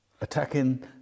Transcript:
Attacking